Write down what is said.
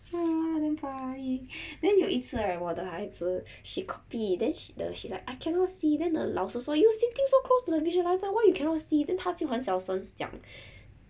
uh damn funny then 有一次 right 我的孩子 she copied then she the she's like I cannot see then the 老师说 you sitting so close to the visualiser why you cannot see then 她就很小声讲 the